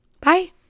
Bye